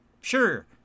sure